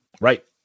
right